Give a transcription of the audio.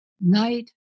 night